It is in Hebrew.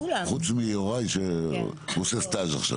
חוץ מיוראי שעושה סטאז' עכשיו.